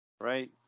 right